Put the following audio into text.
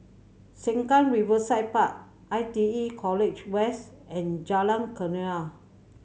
Sengkang Riverside Park I T E College West and Jalan Kenarah